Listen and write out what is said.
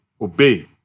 obey